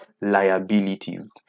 liabilities